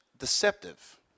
Deceptive